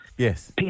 Yes